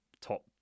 top